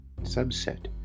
subset